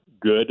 good